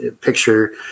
picture